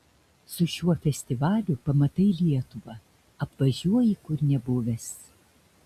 su šiuo festivaliu pamatai lietuvą apvažiuoji kur nebuvęs